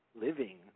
living